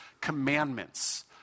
commandments